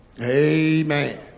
Amen